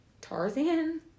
Tarzan